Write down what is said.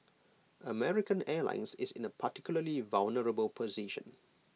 American airlines is in A particularly vulnerable position